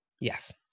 Yes